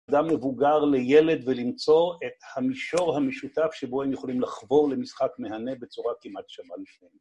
אדם מבוגר לילד ולמצוא את המישור המשותף שבו הם יכולים לחבור למשחק מהנה בצורה כמעט שווה לפני.